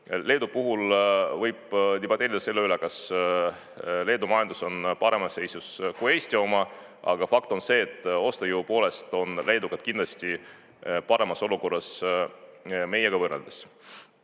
Leedu puhul võib debateerida selle üle, kas Leedu majandus on paremas seisus kui Eesti oma, aga fakt on see, et ostujõu poolest on leedukad kindlasti paremas olukorras meiega võrreldes. Ma